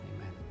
Amen